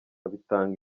bitaga